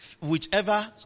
whichever